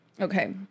Okay